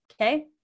Okay